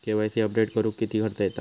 KYC update करुक किती खर्च येता?